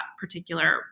particular